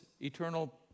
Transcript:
eternal